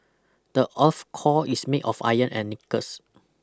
the earth core is made of iron and knickers